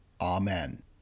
Amen